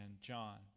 John